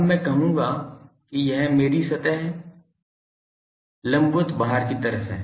अब मैं कहूंगा कि यह मेरी सतह है लंबवत बाहर की तरफ है